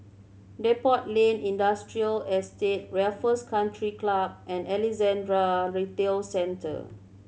Depot Lane Industrial Estate Raffles Country Club and Alexandra Retail Centre